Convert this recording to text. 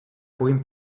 puguin